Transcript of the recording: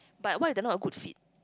but what if they are not a good fit